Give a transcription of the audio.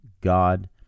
God